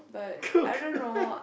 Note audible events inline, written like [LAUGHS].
cook [LAUGHS]